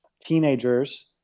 teenagers